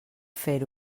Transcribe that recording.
fer